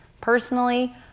Personally